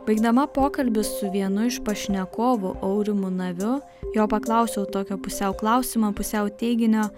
baigdama pokalbį su vienu iš pašnekovų aurimu naviu jo paklausiau tokio pusiau klausimo pusiau teiginio